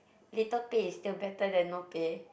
little pay is still better than no pay